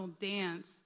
dance